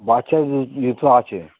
বাচ্ছা যেতো আছে